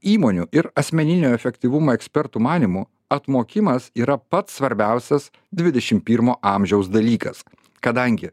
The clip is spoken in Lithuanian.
įmonių ir asmeninio efektyvumo ekspertų manymu atmokimas yra pats svarbiausias dvidešimt pirmo amžiaus dalykas kadangi